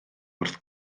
wrth